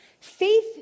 Faith